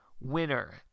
winner